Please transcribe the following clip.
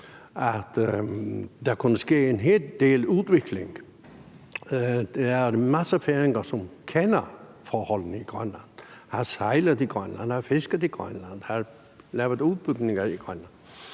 at der kunne ske en hel del udvikling. Der er masser af færinger, som kender forholdene i Grønland, har sejlet i Grønland, har fisket i Grønland, har lavet udbygninger i Grønland.